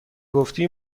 گفتی